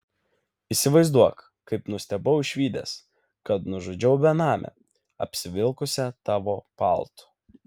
įsivaizduok kaip nustebau išvydęs kad nužudžiau benamę apsivilkusią tavo paltu